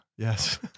Yes